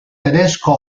tedesco